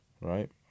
right